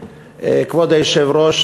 כבוד היושב-ראש,